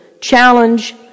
challenge